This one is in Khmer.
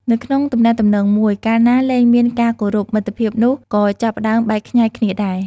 នៅក្នុងទំនាក់ទំនងមួយ កាលណាលែងមានការគោរព មិត្តភាពនោះក៏ចាប់ផ្ដើមបែកខ្ញែកគ្នាដែរ។